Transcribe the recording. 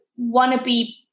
wannabe